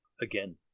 again